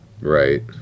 Right